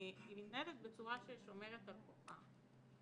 בצורה ששומרת על כוחה.